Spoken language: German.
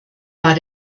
war